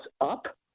up